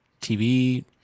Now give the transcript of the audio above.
TV